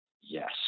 yes